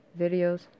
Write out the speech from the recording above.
videos